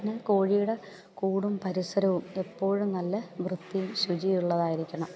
പിന്നെ കോഴിയുടെ കൂടും പരിസരവും എപ്പോഴും നല്ല വൃത്തിയും ശുചിയുള്ളതായിരിക്കണം